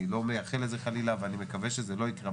אני לא מאחל לזה, חלילה, ואני מקווה שזה לא יקרה.